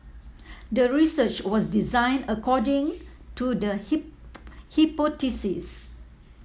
the research was designed according to the hypothesis